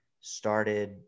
started